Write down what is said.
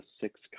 Six